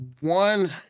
one